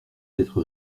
d’être